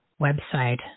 website